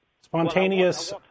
spontaneous